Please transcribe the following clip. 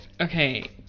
Okay